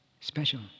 special